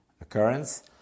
occurrence